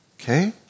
Okay